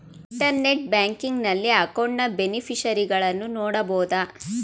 internet banking ನಲ್ಲಿ ಅಕೌಂಟ್ನ ಬೇನಿಫಿಷರಿಗಳನ್ನು ನೋಡಬೋದು